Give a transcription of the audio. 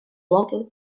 klanten